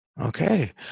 Okay